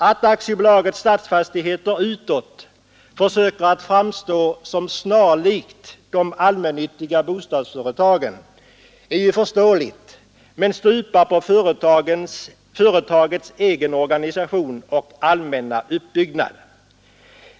Att AB Stadsfastigheter utåt försöker att framstå som snarlikt de allmännyttiga bostadsföretagen är ju förståeligt men stupar på företagets egen organisation och allmänna uppbyggnad.